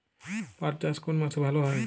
পাট চাষ কোন মাসে ভালো হয়?